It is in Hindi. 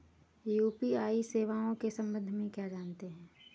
यू.पी.आई सेवाओं के संबंध में क्या जानते हैं?